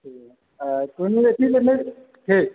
आ कहलहुँ अथी लगमे ठीक